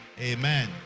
Amen